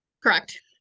correct